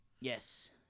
Yes